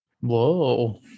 Whoa